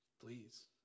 please